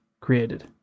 created